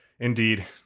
indeed